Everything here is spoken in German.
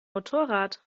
motorrad